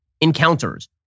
encounters